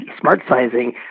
smart-sizing